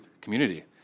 community